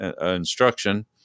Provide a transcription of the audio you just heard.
instruction